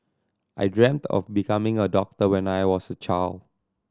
I dreamt of becoming a doctor when I was a child